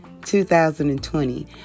2020